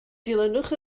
dilynwch